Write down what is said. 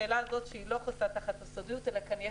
לשאלה הזו שלא חוסה תחת הסודיות אלא שיש